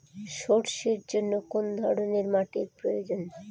সরষের জন্য কোন ধরনের মাটির প্রয়োজন?